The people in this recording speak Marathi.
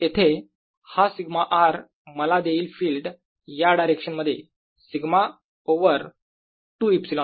येथे हा σ r मला देईल फिल्ड या डायरेक्शन मध्ये σ ओवर 2 ε0